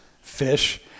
fish